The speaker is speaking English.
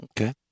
Okay